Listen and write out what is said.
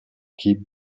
keep